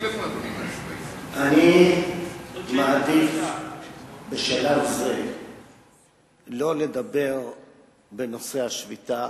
אני מעדיף בשלב זה שלא לדבר בנושא השביתה,